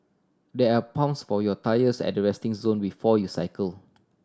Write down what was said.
there are pumps for your tyres at the resting zone before you cycle